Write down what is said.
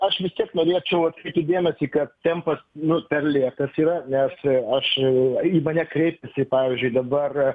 aš vis tiek norėčiau atkreipti dėmesį kad tempas nu per lėtas yra nes aš e į mane kreipėsi pavyzdžiui dabar